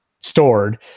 stored